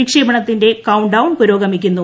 വിക്ഷേപണത്തിന്റെ countdown പുരോഗമിക്കുന്നു